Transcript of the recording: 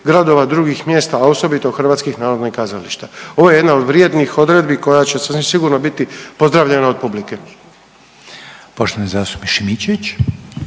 gradova, drugih mjesta, a osobito HNK-a. Ovo je jedna od vrijednih odredbi koja će sasvim sigurno biti pozdravljena od publike.